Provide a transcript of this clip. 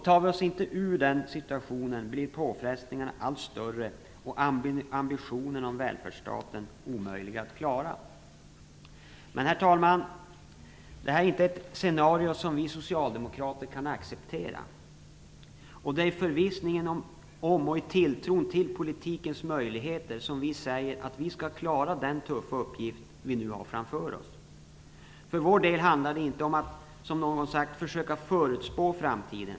Tar vi oss inte ur den situationen, blir påfrestningarna allt större och ambitionerna i fråga om välfärdsstaten omöjliga att klara. Herr talman! Det här är ett scenario som vi socialdemokrater inte kan acceptera. Det är i förvissningen om och i tilltron till politikens möjligheter som vi säger att vi skall klara den tuffa uppgift som vi nu har framför oss. För vår del handlar det inte - som någon har sagt - om att försöka förutspå framtiden.